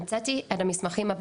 המצאתי מספר מסמכים.